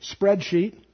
spreadsheet